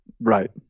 Right